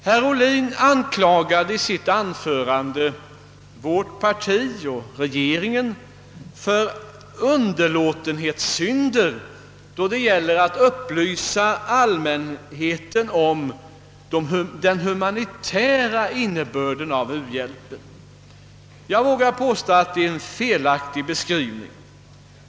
Herr Ohlin anklagade i sitt anförande vårt parti och regeringen för underlåtenhetssynder då det gällde att upplysa allmänheten om den humanitära innebörden av u-hjälpen. Jag vågar påstå att detta är en felaktig beskrivning.